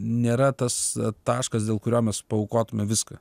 nėra tas taškas dėl kurio mes paaukotume viską